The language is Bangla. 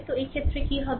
তো এক্ষেত্রে কী হবে